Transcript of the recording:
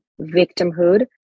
victimhood